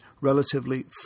relatively